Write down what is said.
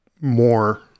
more